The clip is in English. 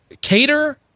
Cater